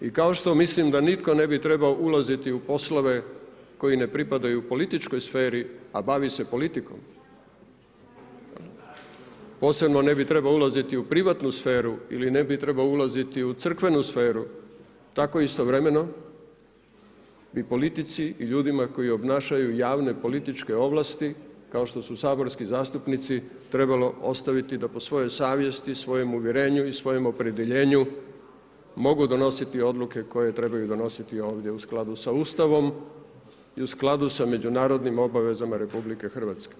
I kao što mislim da nitko ne bi trebao ulaziti u poslove koji ne pripadaju političkoj sferi, a bavi se politikom, posebno ne bi trebao ulaziti u privatnu sferu ili ne bi trebao ulaziti u crkvenu sferu, tako istovremeno bi politici i ljudima koji obnašaju javne političke ovlasti, kao što su saborski zastupnici, trebalo ostaviti da po svojoj savjesti, svojem uvjerenju i svojem opredjeljenju mogu donositi odluke koje trebaju donositi ovdje u skladu sa Ustavom i u skladu sa međunarodnim obavezama RH.